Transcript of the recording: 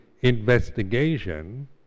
investigation